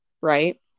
Right